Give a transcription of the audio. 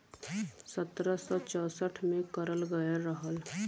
सत्रह सौ चौंसठ में करल गयल रहल